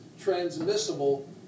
transmissible